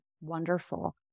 wonderful